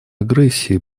агрессии